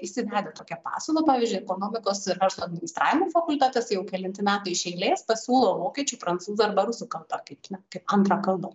įsivedę tokią pasiūlą pavyzdžiui ekonomikos ir verslo administravimo fakultetas jau kelinti metai iš eilės pasiūlo vokiečių prancūzų arba rusų kalba kaip na kaip antrą kalbą